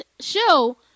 show